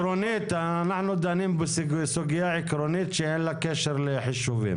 אנחנו דנים בסוגיה עקרונית שאין לה קשר לחישובים.